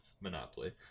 Monopoly